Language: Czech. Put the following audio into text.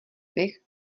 bych